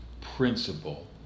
principle